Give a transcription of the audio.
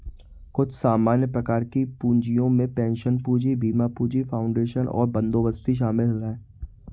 कुछ सामान्य प्रकार के पूँजियो में पेंशन पूंजी, बीमा पूंजी, फाउंडेशन और बंदोबस्ती शामिल हैं